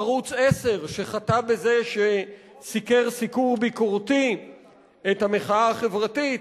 ערוץ-10 שחטא בזה שסיקר סיקור ביקורתי את המחאה החברתית,